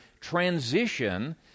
transition